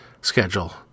schedule